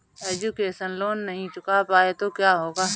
Education loan नहीं चुका पाए तो क्या होगा?